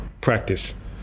practice